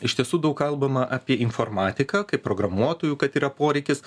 iš tiesų daug kalbama apie informatiką kaip programuotojų kad yra poreikis